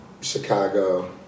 Chicago